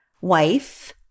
wife